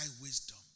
wisdom